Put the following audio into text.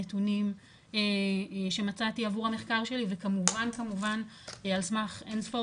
נתונים שמצאתי עבור המחקר שלי וכמובן על סמך אינספור